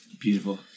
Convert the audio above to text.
Beautiful